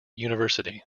university